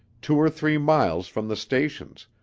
two or three miles from the stations,